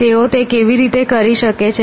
તેઓ તે કેવી રીતે કરે છે